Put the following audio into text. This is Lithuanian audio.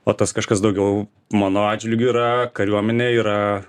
o tas kažkas daugiau mano atžvilgiu yra kariuomenė yra